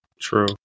true